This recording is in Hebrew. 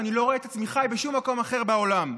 ואני לא רואה את עצמי חי בשום מקום אחר בעולם.